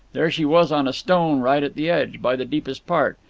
there she was on a stone right at the edge, by the deepest part.